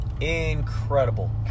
Incredible